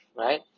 right